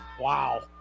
Wow